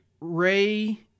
Ray